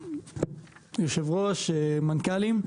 היושב ראש ומנכ"לים,